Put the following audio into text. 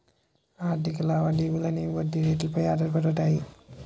ఆర్థిక లావాదేవీలు అనేవి వడ్డీ రేట్లు పై ఆధారపడతాయి